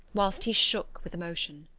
whilst he shook with emotion.